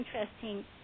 interesting